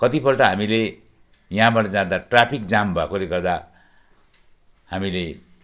कतिपल्ट हामीले यहाँबाट जाँदा ट्राफिक जाम भएकोले गर्दा हामीले